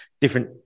different